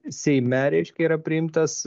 seime reiškia yra priimtas